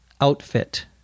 outfit